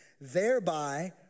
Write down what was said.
thereby